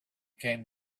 came